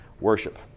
worship